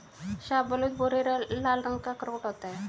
शाहबलूत भूरे लाल रंग का अखरोट होता है